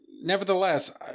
nevertheless